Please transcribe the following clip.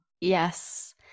Yes